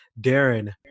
Darren